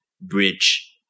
bridge